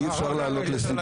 אי-אפשר לעלות ל-CBD.